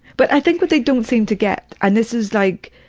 but i think that they don't seem to get and this is like,